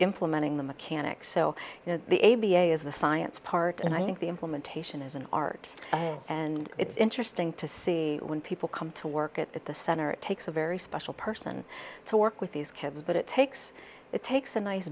implementing the mechanics so you know the a b a is the science part and i think the implementation is an art and it's interesting to see when people come to work at the center it takes a very special person to work with these kids but it takes it takes a nice